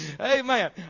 Amen